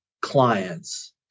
clients